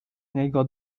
niego